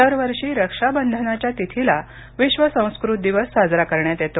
दरवर्षी रक्षा बंधनाच्या तिथीला विश्व संस्कृत दिवस साजरा करण्यात येतो